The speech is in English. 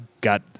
got